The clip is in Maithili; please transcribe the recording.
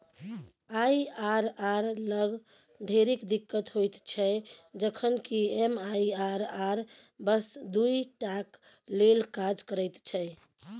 आई.आर.आर लग ढेरिक दिक्कत होइत छै जखन कि एम.आई.आर.आर बस दुइ टाक लेल काज करैत छै